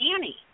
Annie